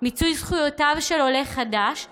מיצוי זכויותיו של עולה חדש הושעו,